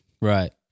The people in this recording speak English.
Right